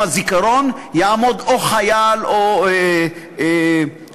הזיכרון יעמוד או חייל או תלמיד.